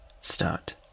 Start